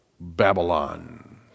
Babylon